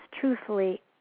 truthfully